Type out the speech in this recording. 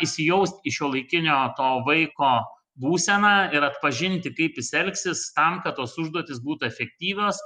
įsijaust į šiuolaikinio to vaiko būseną ir atpažinti kaip jis elgsis tam kad tos užduotys būtų efektyvios